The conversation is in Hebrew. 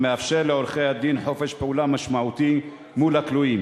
המאפשר לעורכי-דין חופש פעולה משמעותי מול הכלואים.